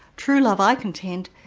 true love, i contend,